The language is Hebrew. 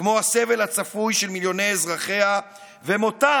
כמו הסבל הצפוי של מיליוני אזרחיה ומותם